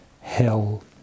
hell